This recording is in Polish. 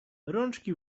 rączki